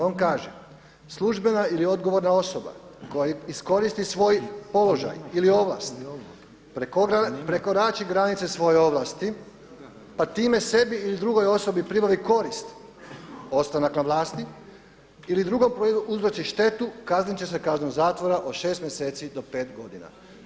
On kaže „službena ili odgovorna osoba koja iskoristi svoj položaj ili ovlast, prekorači granice svoje ovlasti pa time sebi ili drugoj osobi pribavi korist ostanak na vlasti ili drugu prouzroči štetu kaznit će se kaznom zatvora od šest mjeseci do pet godina“